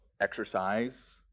Exercise